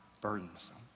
burdensome